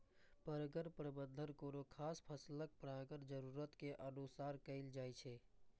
परगण प्रबंधन कोनो खास फसलक परागण जरूरत के अनुसार कैल जाइ छै